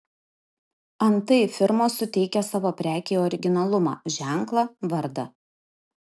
antai firmos suteikia savo prekei originalumą ženklą vardą